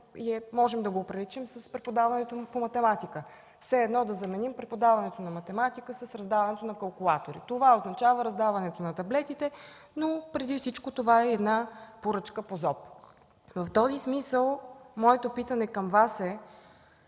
можем да го оприличим с преподаването по математика – все едно да заменим преподаването на математика с раздаването на калкулатори. Това означава раздаването на таблетите. Но това е преди всичко една поръчка по Закона за обществените поръчки. В този смисъл моето питане към Вас е: